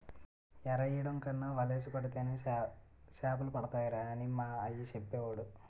ఎరెయ్యడం కన్నా వలేసి పడితేనే సేపలడతాయిరా అని మా అయ్య సెప్పేవోడు